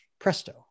Presto